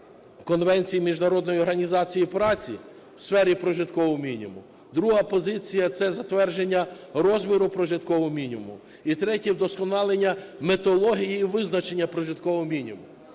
конвенцій Міжнародної організації праці у сфері прожиткового мінімуму; друга позиція – це затвердження розміру прожиткового мінімуму і третя – вдосконалення методології і визначення прожиткового мінімуму.